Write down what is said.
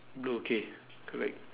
blue okay correct